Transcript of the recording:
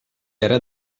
era